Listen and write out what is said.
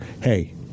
hey